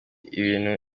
ibintu